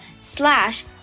slash